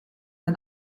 ein